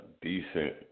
decent